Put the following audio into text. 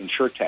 InsureTech